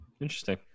Interesting